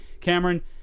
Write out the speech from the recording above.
Cameron